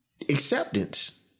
acceptance